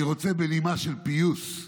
אני רוצה, בנימה של פיוס,